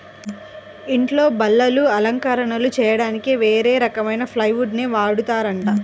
ఇంట్లో బల్లలు, అలంకరణలు చెయ్యడానికి వేరే రకం ప్లైవుడ్ నే వాడతారంట